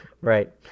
Right